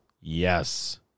Yes